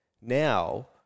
now